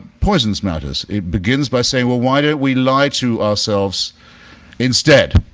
poisons matters. it begins by saying, well, why don't we lie to ourselves instead,